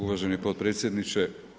Uvaženi potpredsjedniče.